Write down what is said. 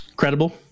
credible